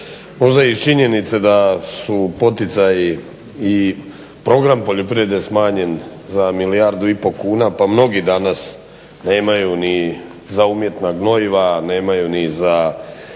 možda iz činjenice da su poticaji i program poljoprivrede smanjen za milijardu i pol kuna pa mnogi danas nemaju ni za umjetna gnojiva, nemaju ni za